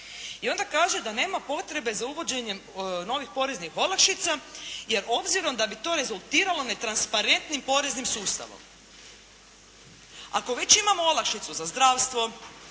I onda kaže da nema potrebe za uvođenjem novih poreznih olakšica, jer obzirom da bi to rezultiralo netransparentnim poreznim sustavom. Ako već imamo olakšicu za zdravstvo,